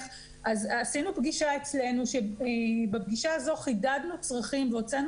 שבפגישה הזאת חידדנו צרכים והוצאנו